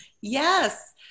Yes